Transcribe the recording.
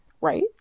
Right